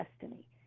destiny